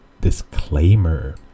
disclaimer